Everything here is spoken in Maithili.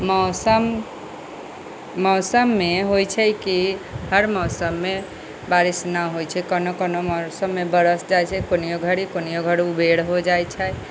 मौसम मौसम मे होइ छै की हर मौसम मे बारिश ना होइ छै कोनो कोनो मौसम मे बरस जाइ छै कोनिओ घड़ी कोनिओ घड़ी उबेर हो जाइ छै